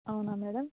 అవునా మేడం